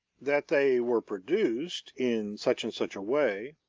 that they were produced in such and such a way,